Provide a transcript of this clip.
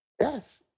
Yes